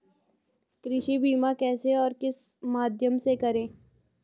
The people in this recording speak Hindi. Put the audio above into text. कृषि बीमा कैसे और किस माध्यम से करें?